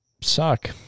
suck